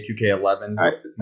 2K11